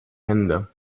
hände